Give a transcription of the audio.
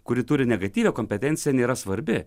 kuri turi negatyvią kompetenciją nėra svarbi